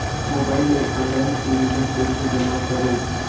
Mobile ले online premium कइसे जमा करों?